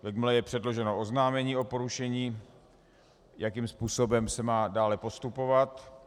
Jakmile je předloženo oznámení o porušení, jakým způsobem se má dále postupovat.